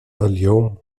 اليوم